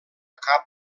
cap